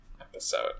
episode